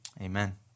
Amen